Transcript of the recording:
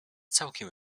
całkiem